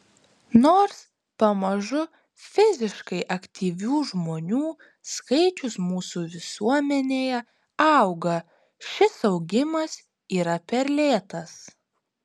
nors pamažu fiziškai aktyvių žmonių skaičius mūsų visuomenėje auga šis augimas yra per lėtas